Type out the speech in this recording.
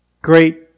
Great